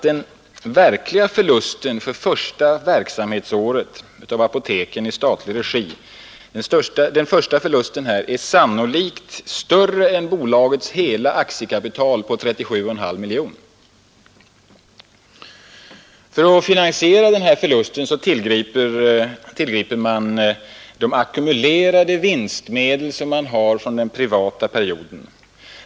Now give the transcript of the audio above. Den verkliga förlusten under första verksamhetsåret för apoteken i statlig regi är sannolikt större än bolagets hela aktiekapital på 37,5 miljoner kronor. För att finansiera förlusten tillgriper man de ackumulerade vinstmedlen från den privata perioden.